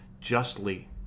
justly